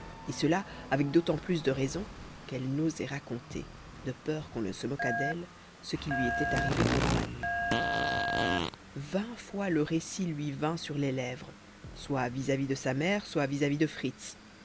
et cela avec d'autant plus de raison qu'elle n'osait raconter de peur qu'on ne se moquât d'elle ce qui lui était arrivé pendant la nuit vingt fois le récit lui vint sur les lèvres soit vis-à-vis de sa mère soit vis-à-vis de fritz